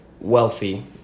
wealthy